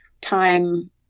time